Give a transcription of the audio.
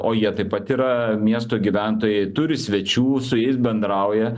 o jie taip pat yra miesto gyventojai turi svečių su jais bendrauja